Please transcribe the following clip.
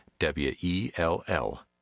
W-E-L-L